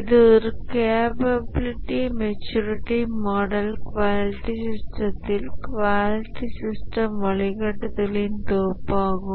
இது ஒரு capability maturity model quality சிஸ்டத்தில் குவாலிட்டி சிஸ்டம் வழிகாட்டுதல்களின் தொகுப்பாகும்